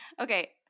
Okay